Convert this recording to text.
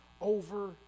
over